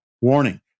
Warning